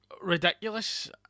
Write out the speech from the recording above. ridiculous